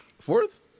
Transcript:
Fourth